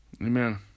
Amen